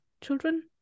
children